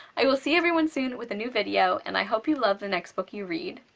i will see everyone soon with a new video, and i hope you love the next book you read.